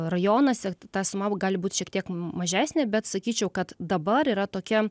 rajonuose ta suma gali būti šiek tiek mažesnė bet sakyčiau kad dabar yra tokia